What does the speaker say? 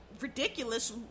ridiculous